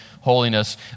holiness